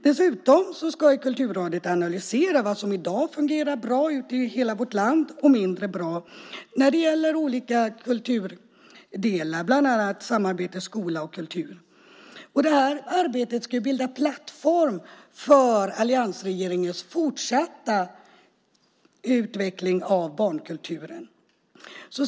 Dessutom ska Kulturrådet analysera vad som i dag fungerar bra och mindre bra i hela vårt land när det gäller olika kulturdelar, bland annat samarbetet skola-kultur. Detta arbete ska bilda plattform för alliansregeringens fortsatta utveckling av barnkulturen.